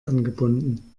angebunden